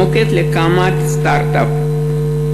מוקד להקמת סטרט-אפ,